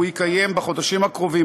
שהוא יקיים בחודשים הקרובים,